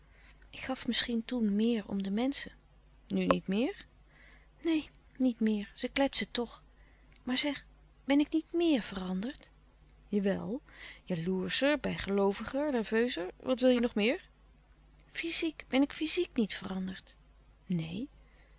ik gaf misschien toen meer om de menschen nu niet meer neen niet meer ze kletsen toch maar zeg ben ik niet meer veranderd jawel jaloerscher bijgelooviger nerveuzer wat wil je nog meer fyziek ben ik fyziek niet veranderd neen